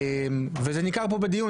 וזה ניכר פה בדיון,